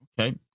Okay